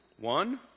One